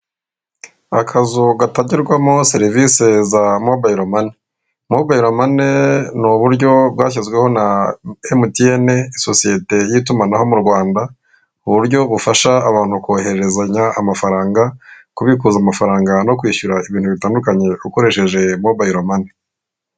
Akazu gafatirwamo serivisi za mobayiro mani(mobile money). Mobayiro mani ni uburyo bwashyizweho na emutiyene (MTN) isosiyete y'itumanaho mu Rwanda ,uburyo bufasha abantu kohererezanya amafaranga, kubikuza amafaranga no kwishyura ibintu bitandukanye ukoresheje mobayiro mani (mobile money).